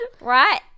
Right